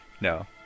no